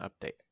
update